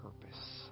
purpose